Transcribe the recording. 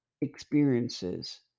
experiences